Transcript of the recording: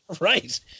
right